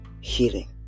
healing